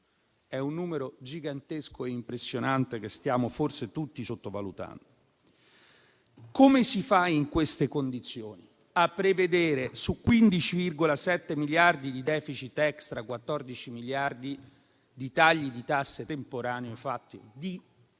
è un numero gigantesco e impressionante, che forse tutti stiamo sottovalutando. Come si fa in queste condizioni a prevedere, su 15,7 miliardi di *deficit* extra, 14 miliardi di tagli di tasse temporanei, operati di